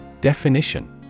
Definition